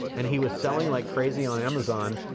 and he was selling like crazy on amazon.